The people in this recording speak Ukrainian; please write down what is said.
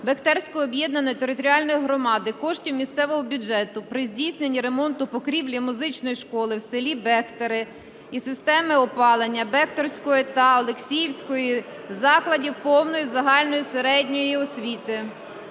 Бехтерської об'єднаної територіальної громади коштів місцевого бюджету при здійсненні ремонту покрівлі музичної школи в селі Бехтери і системи опалення Бехтерського та Олексіївського закладів повної загальної середньої освіти.